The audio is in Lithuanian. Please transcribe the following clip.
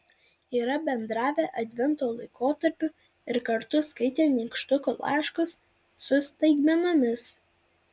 yra bendravę advento laikotarpiu ir kartu skaitę nykštukų laiškus su staigmenomis